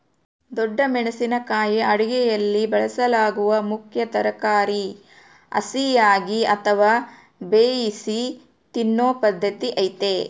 ದೊಣ್ಣೆ ಮೆಣಸಿನ ಕಾಯಿ ಅಡುಗೆಯಲ್ಲಿ ಬಳಸಲಾಗುವ ಮುಖ್ಯ ತರಕಾರಿ ಹಸಿಯಾಗಿ ಅಥವಾ ಬೇಯಿಸಿ ತಿನ್ನೂ ಪದ್ಧತಿ ಐತೆ